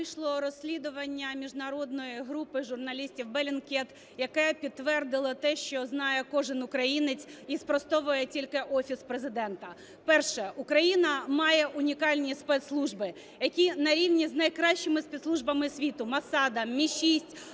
вийшло розслідування міжнародної групи журналістів Bellingcat, яке підтвердило те, що знає кожен українець і спростовує тільки Офіс Президента. Перше. Україна має унікальні спецслужби, які на рівні з найкращими спецслужбами світу Моссаду, МІ6,